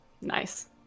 Nice